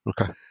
Okay